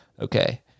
Okay